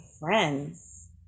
friends